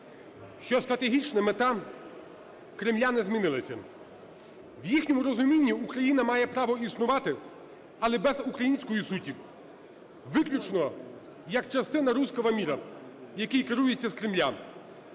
що стратегічна мета Кремля не змінилася. В їхньому розумінні Україна має право існувати, але без української суті. Виключно як частина "русского мира", який керується з Кремля.